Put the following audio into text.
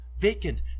vacant